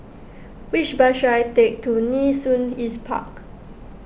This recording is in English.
which bus should I take to Nee Soon East Park